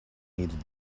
needed